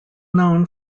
known